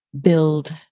build